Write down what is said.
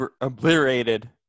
obliterated